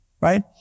right